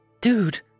Dude